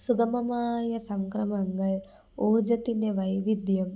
സുഗമമായ സംക്രമങ്ങൾ ഊർജ്ജത്തിൻ്റെ വൈവിധ്യം